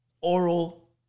oral